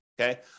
okay